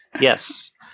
yes